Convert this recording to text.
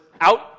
out